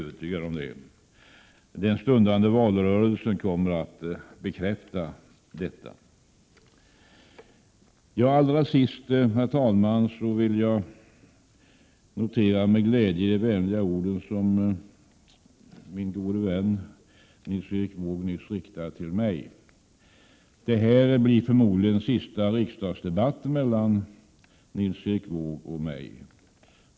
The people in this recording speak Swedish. Den stundande valrörelsen kommer att bekräfta detta. Herr talman! Till sist vill jag med glädje notera de vänliga ord som min gode vän Nils Erik Wååg nyss riktade till mig. Detta blir förmodligen den sista riksdagsdebatten mellan Nils Erik Wååg och mig.